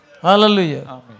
Hallelujah